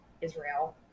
Israel